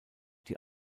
die